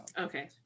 Okay